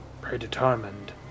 predetermined